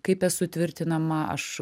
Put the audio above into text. kaip esu tvirtinama aš